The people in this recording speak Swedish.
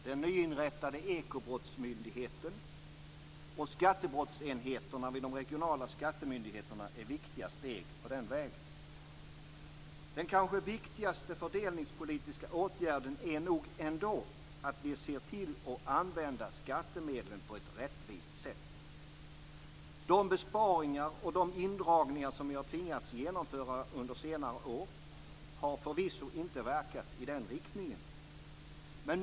Den nyinrättade Ekobrottsmyndigheten och skattebrottsenheterna vid de regionala skattemyndigheterna är viktiga steg på den vägen. Den kanske viktigaste fördelningspolitiska åtgärden är nog ändå att se till att använda skattemedlen på ett rättvist sätt. De besparingar och indragningar som vi tvingats genomföra under senare år har förvisso inte verkat i den riktningen.